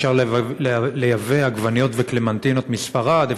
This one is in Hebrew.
אפשר לייבא עגבניות וקלמנטינות מספרד,